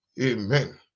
Amen